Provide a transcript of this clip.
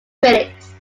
critics